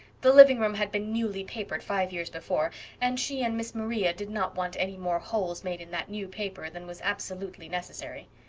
the living room had been newly papered five years before and she and miss maria did not want any more holes made in that new paper than was absolutely necessary.